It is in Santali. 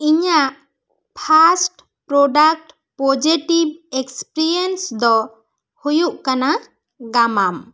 ᱤᱧᱟᱹᱜ ᱯᱷᱟᱥᱴ ᱯᱨᱚᱰᱟᱠᱴ ᱯᱚᱡᱮᱴᱤᱵᱷ ᱤᱠᱥᱯᱨᱤᱭᱮᱥ ᱫᱚ ᱦᱩᱭᱩᱜ ᱠᱟᱱᱟ ᱜᱟᱢᱟᱢ